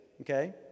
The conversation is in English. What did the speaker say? Okay